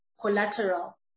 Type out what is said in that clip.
collateral